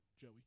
Joey